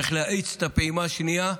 צריך להאיץ את הפעימה השנייה,